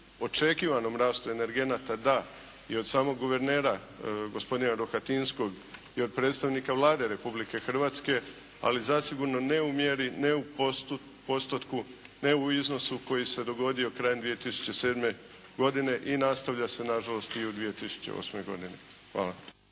očekivanom rastu energenata da i od samog guvernera gospodina Rohatinskog i od predstavnika Vlade Republike Hrvatske ali zasigurno ne u mjeri, ne u postotku, ne u iznosu koji se dogodio krajem 2007. godine i nastavlja se nažalost i u 2008. godini. Hvala.